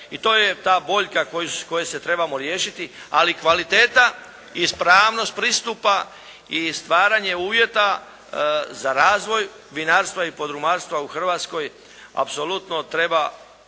i to je ta boljka koje se trebamo riješiti, ali kvaliteta i ispravnost pristupa i stvaranje uvjeta za razvoj vinarstva i podrumarstva u Hrvatskoj apsolutno treba uvesti